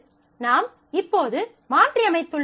நாம் இப்போது மாற்றியமைத்துள்ளோம்